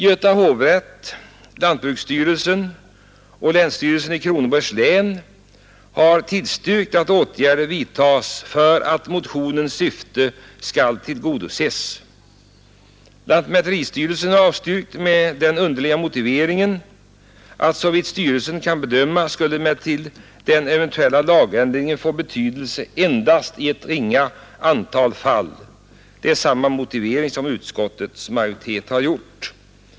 har tillstyrkt att åtgärder vidtas för att motionens syfte skall tillgodoses. Lantmäteristyrelsen har avstyrkt med den underliga motiveringen att såvitt styrelsen kan bedöma skulle den eventuella lagändringen få betydelse endast i ett ringa antal fall. Det är samma motivering som utskottets majoritet har anfört.